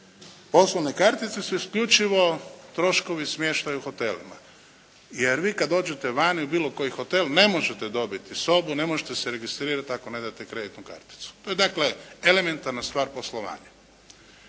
poslovne kartice su isključivo troškovi smještaja u hotelima. Jer vi kada dođete vani, u bilo koji hotel ne možete dobiti sobu, ne možete se registrirati ako ne date kreditnu karticu. To je dakle, elementarna stvar poslovanja.